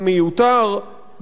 המיותר,